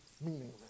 meaningless